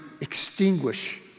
extinguish